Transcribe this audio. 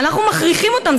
ואנחנו מכריחים אותם,